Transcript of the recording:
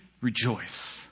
rejoice